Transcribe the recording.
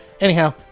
Anyhow